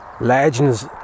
legends